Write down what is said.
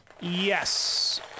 Yes